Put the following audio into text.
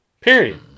Period